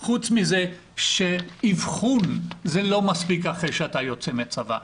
חוץ מזה שאבחון זה לא מספיק אחרי שאתה יוצא מהצבא,